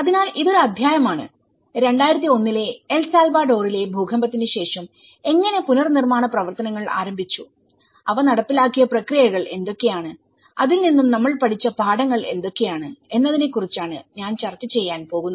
അതിനാൽ ഇതൊരു അധ്യായമാണ് 2001 ലെ എൽ സാൽവഡോറിലെഭൂകമ്പത്തിന് ശേഷം എങ്ങനെ പുനർനിർമ്മാണ പ്രവർത്തനങ്ങൾ ആരംഭിച്ചു അവ നടപ്പിലാക്കിയ പ്രക്രിയകൾ എന്തൊക്കെയാണ് അതിൽ നിന്നും നമ്മൾ പഠിച്ച പാഠങ്ങൾ എന്തൊക്കെയാണ് എന്നതിനെക്കുറിച്ചാണ് ഞാൻ ചർച്ച ചെയ്യാൻ പോകുന്നത്